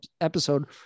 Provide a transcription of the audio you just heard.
episode